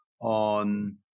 on